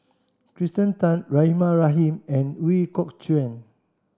Kirsten Tan Rahimah Rahim and Ooi Kok Chuen